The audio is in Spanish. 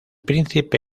príncipe